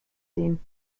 ziehen